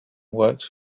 works